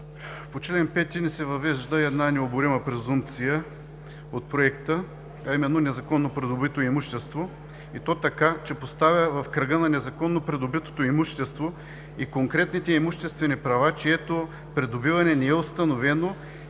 По чл. 5 ни се въвежда една необорима презумпция от проекта, а именно незаконно придобито имущество, и то така, че поставя в кръга на незаконно придобитото имущество и конкретните имуществени права, чието придобиване не е установено, или не е доказано